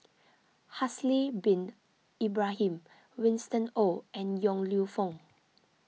Haslir Bin Ibrahim Winston Oh and Yong Lew Foong